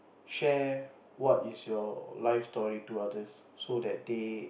share what is your life story to others so that they